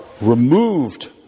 removed